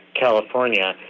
California